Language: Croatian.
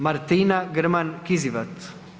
Martina Grman Kizivat.